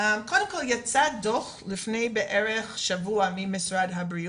יצא דו"ח לפני שבוע בערך ממשרד הבריאות,